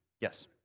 Yes